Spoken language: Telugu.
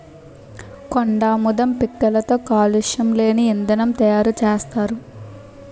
కొండాముదం పిక్కలతో కాలుష్యం లేని ఇంధనం తయారు సేత్తారు